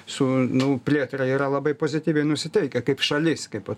su nu plėtra yra labai pozityviai nusiteikę kaip šalis kaip po